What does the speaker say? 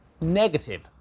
negative